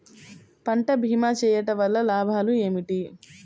పంట భీమా చేయుటవల్ల లాభాలు ఏమిటి?